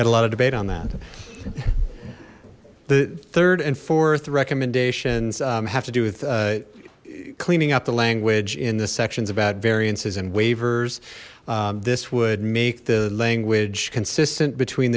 had a lot of debate on that the third and fourth recommendations have to do with cleaning up the language in the sections about variances and waivers this would make the language consistent between